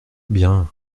bien